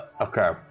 Okay